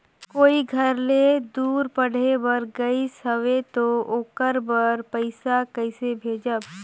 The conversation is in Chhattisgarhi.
कोई घर ले दूर पढ़े बर गाईस हवे तो ओकर बर पइसा कइसे भेजब?